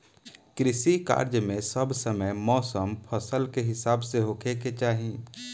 कृषि कार्य मे सब समय मौसम फसल के हिसाब से होखे के चाही